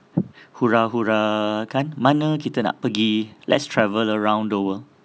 hurrah hurrah kan mane kita nak pergi let's travel around the world